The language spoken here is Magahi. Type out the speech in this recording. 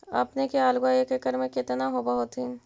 अपने के आलुआ एक एकड़ मे कितना होब होत्थिन?